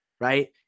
Right